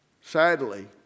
Sadly